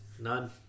None